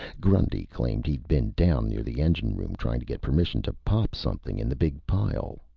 grundy claimed he'd been down near the engine room, trying to get permission to pop something in the big pile.